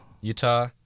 Utah